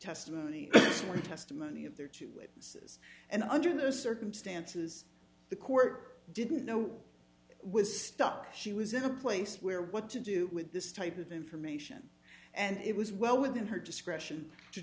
testimony testimony of their choosing yes and under those circumstances the court didn't know was stuck she was in a place where what to do with this type of information and it was well within her discretion to